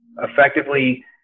effectively